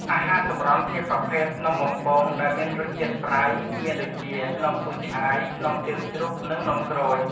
អាហារសម្រន់ជាប្រភេទនំបំពងដែលមានរសជាតិប្រៃមានដូចជា នំគូឆាយ នំជើងជ្រូក និងនំក្រូច។